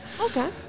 Okay